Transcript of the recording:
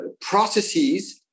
processes